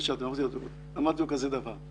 ואמרתי לו כזה דבר,